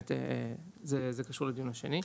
שזה קשור לדיון השני.